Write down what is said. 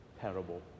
parable